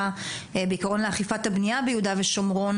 בעקרון לאכיפת הבנייה ביהודה ושומרון,